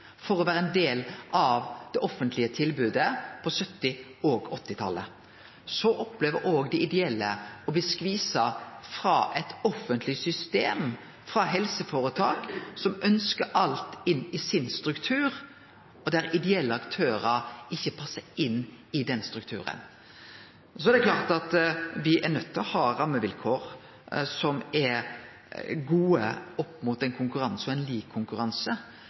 for å vere ein del av det offentlege tilbodet på 1970- og 1980-talet. Så opplever òg dei ideelle å bli skvisa frå eit offentleg system, frå helseføretak, som ønskjer alt inn i strukturen sin, og der ideelle aktørar ikkje passar inn i den strukturen. Det er klart at me må ha rammevilkår som er gode opp mot konkurranse – lik konkurranse.